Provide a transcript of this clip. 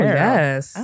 yes